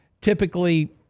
typically